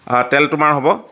তেল তোমাৰ হ'ব